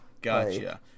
gotcha